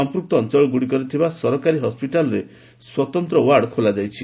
ସମ୍ପୂକ୍ତ ଅଞ୍ଚଳଗୁଡ଼ିକରେ ଥିବା ସରକାରୀ ହସ୍କିଟାଲରେ ସ୍ୱତନ୍ତ୍ର ୱାର୍ଡ୍ ଖୋଲାଯାଇଛି